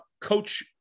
Coach